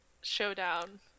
showdown